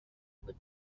بود